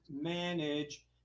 manage